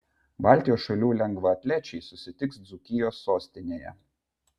baltijos šalių lengvaatlečiai susitiks dzūkijos sostinėje